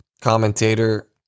commentator